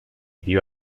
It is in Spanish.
dio